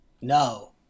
no